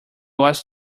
was